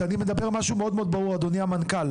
אדוני המנכ"ל